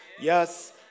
Yes